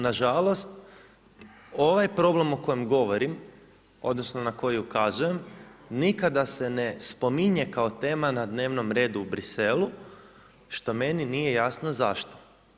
Nažalost, ovaj problem o kojem govorim odnosno na koji ukazujem nikada se ne spominje kao tema na dnevnom redu u Briselu što meni nije jasno zašto.